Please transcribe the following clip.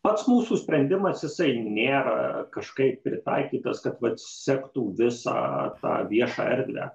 pats mūsų sprendimas jisai nėra kažkaip pritaikytas kad vat sektų visą tą viešą erdvę